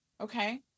Okay